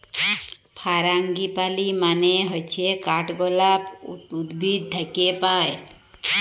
ফারাঙ্গিপালি মানে হচ্যে কাঠগলাপ উদ্ভিদ থাক্যে পায়